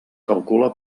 calcula